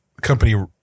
company